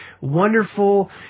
wonderful